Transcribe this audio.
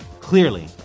clearly